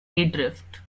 adrift